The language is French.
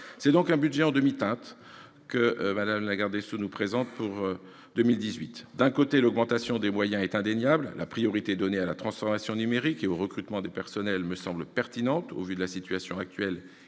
C'est donc un budget en demi-teinte que Mme la garde des sceaux nous présente pour 2018 : d'un côté, l'augmentation des moyens est indéniable, la priorité donnée à la transformation numérique et au recrutement de personnels me semble pertinente au vu de la situation actuelle